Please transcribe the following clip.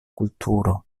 kulturo